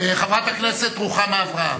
חברת הכנסת רוחמה אברהם.